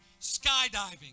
skydiving